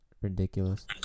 Ridiculous